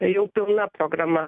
tai jau pilna programa